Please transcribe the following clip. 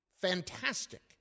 Fantastic